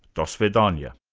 dosvedanya